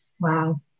Wow